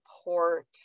support